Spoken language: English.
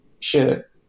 sure